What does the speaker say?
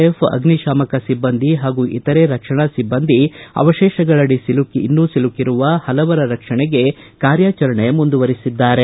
F ಅಗ್ನಿಶಾಮಕ ಸಿಬ್ಬಂದಿ ಹಾಗೂ ಇತರೆ ರಕ್ಷಣಾ ಸಿಬ್ಬಂದಿ ಅವಶೇಷಗಳ ಅಡಿ ಸಿಲುಕಿರುವ ಇನ್ನೂ ಹಲವರ ರಕ್ಷಣೆಗೆ ಕಾರ್ಯಾಚರಣೆ ಮುಂದುವರೆಸಿದ್ದಾರೆ